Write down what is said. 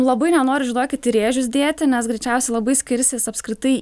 labai nenoriu žinokit į rėžius dėti nes greičiausiai labai skirsis apskritai